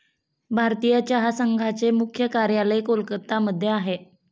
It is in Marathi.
भारतीय चहा संघाचे मुख्य कार्यालय कोलकत्ता मध्ये आहे